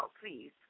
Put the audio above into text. please